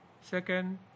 Second